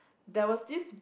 there was this